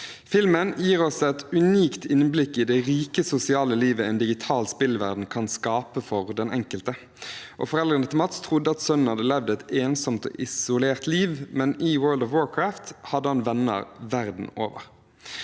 Filmen gir oss et unikt innblikk i det rike sosiale livet en digital spillverden kan skape for den enkelte. Foreldrene til Mats trodde at sønnen hadde levd et ensomt og isolert liv, men i World of Warcraft hadde han venner verden over.